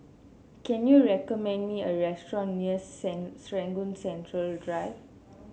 can you recommend me a restaurant near Serangoon Central Drive